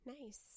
Nice